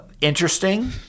interesting